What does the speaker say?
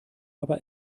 aber